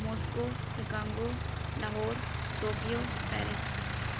Moscow Chicago Lahore Tokyo Paris